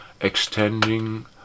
extending